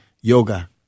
yoga